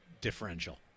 differential